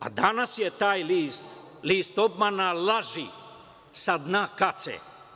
A danas je taj list list obmana, laži sa dna kace.